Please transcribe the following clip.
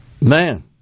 Man